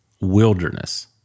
wilderness